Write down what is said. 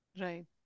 Right